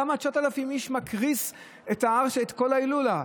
למה 9,000 איש מקריסים את ההר, את כל ההילולה?